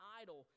idol